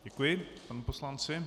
Děkuji panu poslanci.